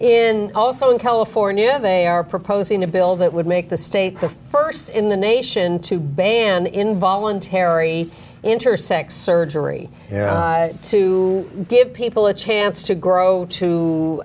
in also in california they are proposing a bill that would make the state the first in the nation to ban involuntary intersex surgery to give people a chance to grow to